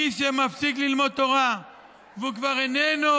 מי שמפסיק ללמוד תורה וכבר איננו